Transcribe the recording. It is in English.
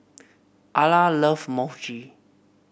Arla love Mochi